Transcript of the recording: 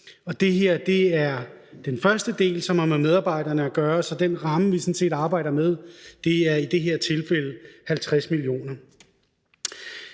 Det her er den første del, som har med medarbejderne at gøre, så den ramme, vi sådan set arbejder med, er i det her tilfælde 50 mio.